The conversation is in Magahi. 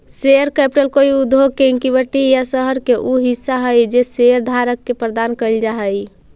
शेयर कैपिटल कोई उद्योग के इक्विटी या शहर के उ हिस्सा हई जे शेयरधारक के प्रदान कैल जा हई